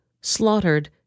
slaughtered